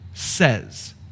says